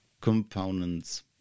components